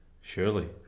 surely